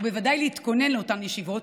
ובוודאי להתכונן לאותן ישיבות.